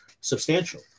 substantial